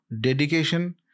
dedication